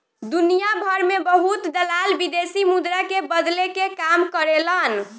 दुनियाभर में बहुत दलाल विदेशी मुद्रा के बदले के काम करेलन